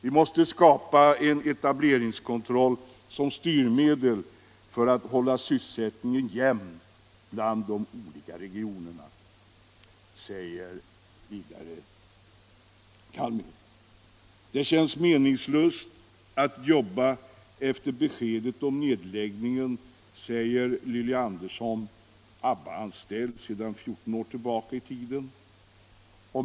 ”Vi måste skapa en etableringskontroll som styrmedel för att hålla sysselsättningen jämn bland de olika regionerna”, säger hon vidare. ”Det känns meningslöst att jobba efter beskedet om nedläggningen”, säger Lilly Andersson, ABBA-anställd sedan 14 år tillbaka.